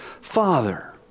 father